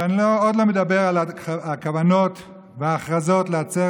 ואני עוד לא מדבר על הכוונות וההכרזות להצר